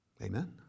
Amen